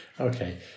Okay